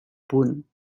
punt